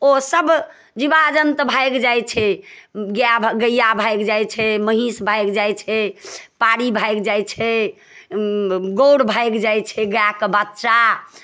ओसभ जीवा जन्तु भागि जाइ छै गाए गैआ भागि जाइ छै महीँस भागि जाइ छै पाड़ी भागि जाइ छै गौर भागि जाइ छै गाएके बच्चा